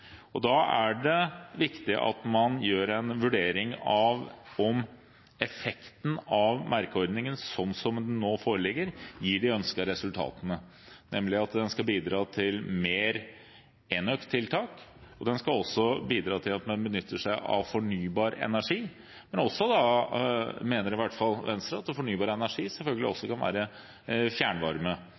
Da er det viktig at man gjør en vurdering av om effekten av merkeordningen sånn som den nå foreligger, gir de ønskede resultatene, nemlig at den skal bidra til mer enøktiltak. Den skal også bidra til at man benytter seg av fornybar energi. Men, mener i hvert fall Venstre, fornybar energi kan selvfølgelig også være fjernvarme,